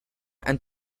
and